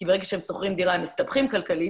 כי ברגע שהם שוכרים דירה הם מסתבכים כלכלית,